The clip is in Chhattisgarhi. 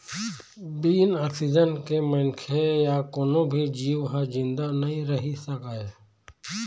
बिन ऑक्सीजन के मनखे य कोनो भी जींव ह जिंदा नइ रहि सकय